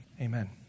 Amen